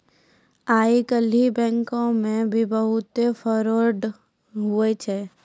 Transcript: आइ काल्हि बैंको मे भी बहुत फरौड हुवै छै